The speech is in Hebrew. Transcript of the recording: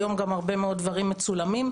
היום גם הרבה מאוד דברים מצולמים,